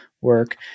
work